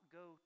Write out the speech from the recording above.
go